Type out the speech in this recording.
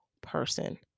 person